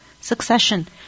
succession